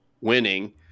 winning